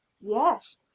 yes